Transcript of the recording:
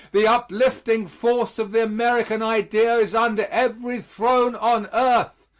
the uplifting force of the american idea is under every throne on earth.